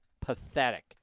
pathetic